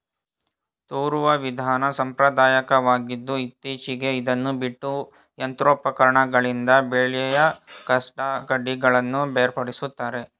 ತೂರುವ ವಿಧಾನ ಸಾಂಪ್ರದಾಯಕವಾಗಿದ್ದು ಇತ್ತೀಚೆಗೆ ಇದನ್ನು ಬಿಟ್ಟು ಯಂತ್ರೋಪಕರಣಗಳಿಂದ ಬೆಳೆಯ ಕಸಕಡ್ಡಿಗಳನ್ನು ಬೇರ್ಪಡಿಸುತ್ತಾರೆ